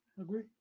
Agree